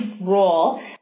role